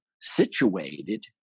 situated